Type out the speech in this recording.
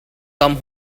come